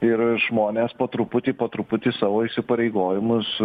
ir žmonės po truputį po truputį savo įsipareigojimus